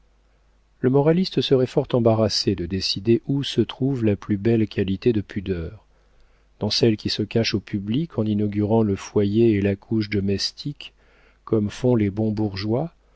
le moraliste serait fort embarrassé de décider où se trouve la plus belle qualité de pudeur dans celle qui se cache au public en inaugurant le foyer et la couche domestique comme font les bons bourgeois